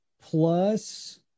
Plus